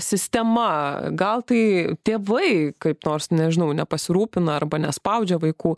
sistema gal tai tėvai kaip nors nežinau nepasirūpina arba nespaudžia vaikų